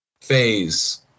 phase